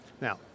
Now